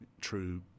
true